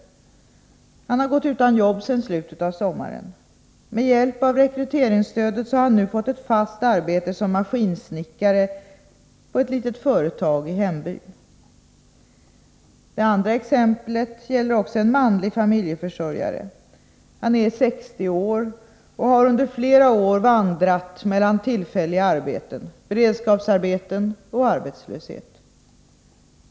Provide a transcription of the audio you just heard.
Han har gått utan jobb sedan slutet av sommaren. Med hjälp av rekryteringsstödet har han nu fått ett fast arbete som maskinsnickare på ett litet företag i hembyn. Det andra exemplet gäller också en manlig familjeförsörjare. Han är 60 år och har under flera år vandrat mellan tillfälliga arbeten, beredskapsarbeten och arbetslöshet.